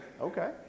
Okay